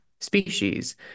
species